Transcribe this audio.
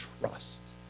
trust